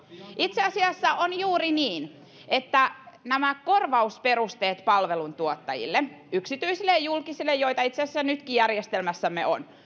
itse asiassa on juuri niin että nämä korvausperusteet palveluntuottajille yksityisille ja julkisille joita itse asiassa nytkin järjestelmässämme on